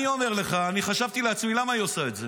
אני אומר לך, אני חשבתי לעצמי למה היא עושה את זה.